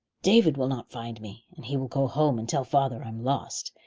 david will not find me, and he will go home and tell father i'm lost,